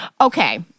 Okay